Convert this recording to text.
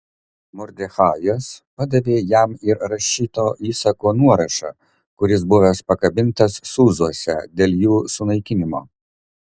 mordechajas padavė jam ir rašyto įsako nuorašą kuris buvęs pakabintas sūzuose dėl jų sunaikinimo